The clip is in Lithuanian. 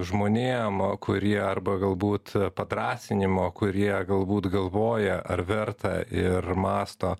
žmonėm kurie arba galbūt padrąsinimo kurie galbūt galvoja ar verta ir mąsto